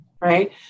Right